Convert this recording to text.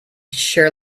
sure